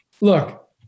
look